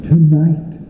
Tonight